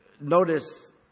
notice